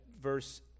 verse